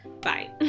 Bye